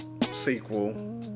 sequel